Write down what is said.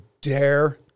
dare